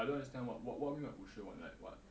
I don't understand what what what you mean by 五十万 like what